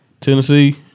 Tennessee